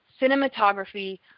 cinematography